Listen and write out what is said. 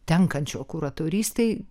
tenkančio kuratorystei